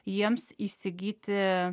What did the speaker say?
jiems įsigyti